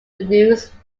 reduce